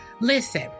Listen